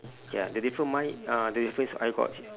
ya the differ~ mine uh the difference I got